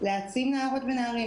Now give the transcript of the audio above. להעצים נערות ונערים,